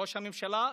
ראש הממשלה,